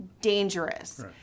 dangerous